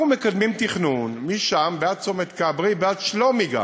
אנחנו מקדמים תכנון משם ועד צומת כברי וגם עד שלומי.